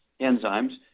enzymes